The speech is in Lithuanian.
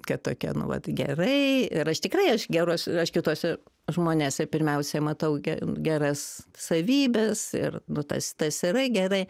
kad tokia nu vat gerai ir aš tikrai aš geros aš kituose žmonėse pirmiausiai matau geras savybes ir nu tas tas yra gerai